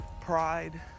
pride